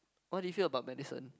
what did you feel about medicine